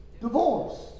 divorce